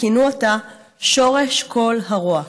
וכינו אותה "שורש כל הרוע".